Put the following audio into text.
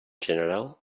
general